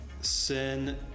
sin